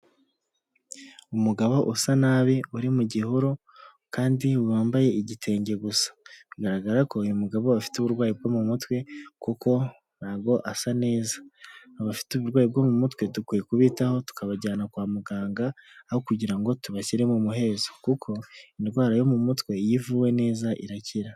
Umugabo usa nabi uri mu gihuru kandi wambaye igitenge gusa, bigaragara ko uyu mugabo afite uburwayi bwo mu mutwe, kuko ntabwo asa neza. Abafite uburwayi bwo mu mutwe dukwiye kubitaho, tukabajyana kwa muganga, aho kugira ngo tubashyire mu muhezo. Kuko indwara yo mu mutwe iyo ivuwe neza irakira.